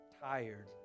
tired